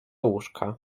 łóżka